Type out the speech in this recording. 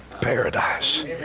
paradise